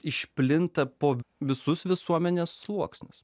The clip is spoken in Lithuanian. išplinta po visus visuomenės sluoksnius